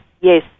Yes